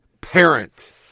Parent